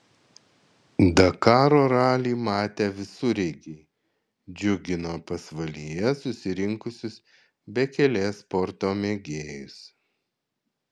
dakaro ralį matę visureigiai džiugino pasvalyje susirinkusius bekelės sporto mėgėjus